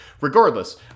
regardless